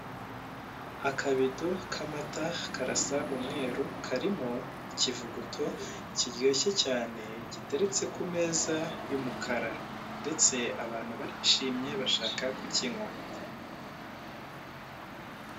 Akabido k'amata karasa umweru karimo ikivuguto kiryoshye cyane giteriretse ku meza y'umukara ndetse abantu barishimye bashaka kukinywa.